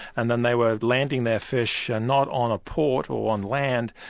and then they were landing their fish and not on a port or on land,